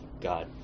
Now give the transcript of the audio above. God